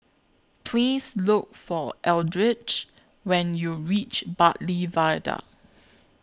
Please Look For Eldridge when YOU REACH Bartley Viaduct